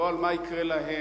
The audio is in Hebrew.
לא על מה יקרה להם,